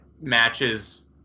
matches